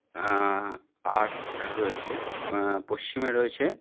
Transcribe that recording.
আর রয়েছে পশ্চিমে রয়েছে